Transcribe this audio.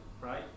right